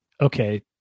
okay